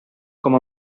com